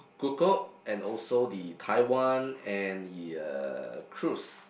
Kukup and also the Taiwan and the uh cruise